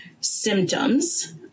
symptoms